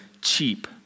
cheap